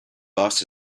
bus